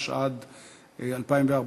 התשע"ד 2014,